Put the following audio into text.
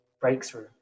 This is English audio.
breakthrough